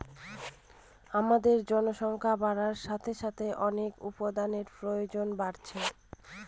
আমাদের জনসংখ্যা বাড়ার সাথে সাথে অনেক উপাদানের প্রয়োজন বাড়ছে